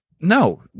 no